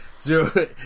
Zero